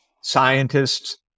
scientists